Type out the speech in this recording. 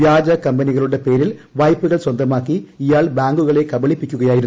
വ്യാജ കമ്പനികളുടെ പേരിൽ വായ്പകൾ സ്വന്തമാക്കി ഇയാൾ ബാങ്കുകളെ കബളിപ്പിക്കുകയായിരുന്നു